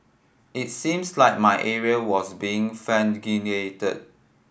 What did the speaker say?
it seems like my area was being